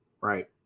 right